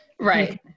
Right